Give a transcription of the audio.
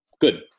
good